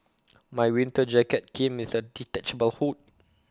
my winter jacket came with A detachable hood